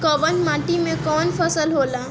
कवन माटी में कवन फसल हो ला?